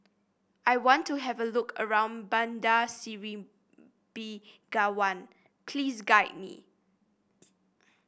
I want to have a look around Bandar Seri Begawan please guide me